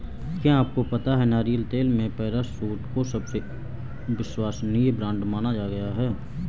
क्या आपको पता है नारियल तेल में पैराशूट को सबसे विश्वसनीय ब्रांड माना गया है?